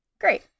Great